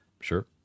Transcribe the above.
Sure